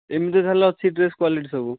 ଏମିତି ତା'ହେଲେ ଅଛି ଡ୍ରେସ୍ କ୍ୱାଲିଟି ସବୁ